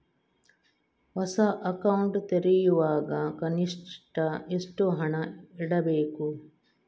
ಹೊಸ ಅಕೌಂಟ್ ತೆರೆಯುವಾಗ ಕನಿಷ್ಠ ಎಷ್ಟು ಹಣ ಇಡಬೇಕು?